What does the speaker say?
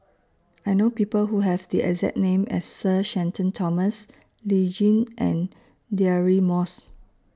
I know People Who Have The exact name as Sir Shenton Thomas Lee Tjin and Deirdre Moss